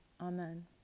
Amen